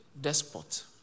Despot